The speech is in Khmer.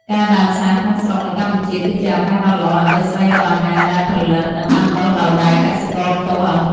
ការដើរផ្សារក្នុងស្រុកនៅកម្ពុជាគឺជាឱកាសដ៏ល្អដើម្បីស្វែងរកអាហារដែលផលិត និងដាំដុះដោយដៃកសិករផ្ទាល់។